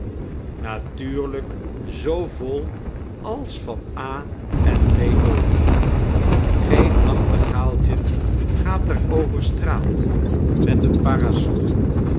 natuurlijk zoo vol als van a en b mol geen nachtegaaltjen gaat er over straat met een parasol